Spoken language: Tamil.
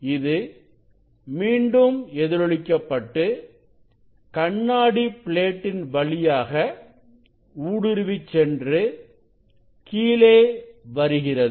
இது மீண்டும் எதிரொலிக்க பட்டு கண்ணாடி பிளேட்டின் வழியாக ஊடுருவி சென்று கீழே வருகிறது